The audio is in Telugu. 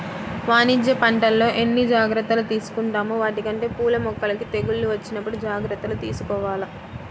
వాణిజ్య పంటల్లో ఎన్ని జాగర్తలు తీసుకుంటామో వాటికంటే పూల మొక్కలకి తెగుళ్ళు వచ్చినప్పుడు జాగర్తలు తీసుకోవాల